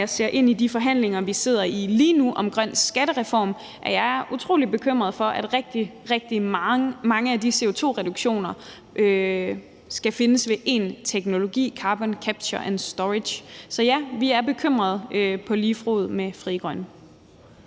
jeg ser ind i de forhandlinger, vi sidder i lige nu, om en grøn skattereform, at jeg er utrolig bekymret for, at rigtig, rigtig mange af de CO2-reduktioner skal findes ved en teknologi, carbon capture and storage. Så ja, vi er bekymrede på lige fod med Frie Grønne.